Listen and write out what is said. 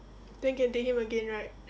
then can date him again right